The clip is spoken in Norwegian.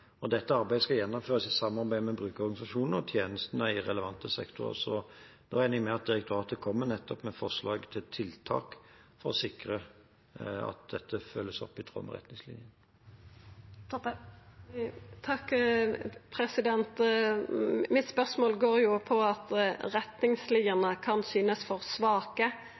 Dette arbeidet skal gjennomføres i samarbeid med brukerorganisasjonene og tjenestene i relevante sektorer, så da regner jeg med at direktoratet kommer med forslag til tiltak for å sikre at dette følges opp i tråd med retningslinjene. Spørsmålet mitt handlar om at retningslinjene kan synest for svake,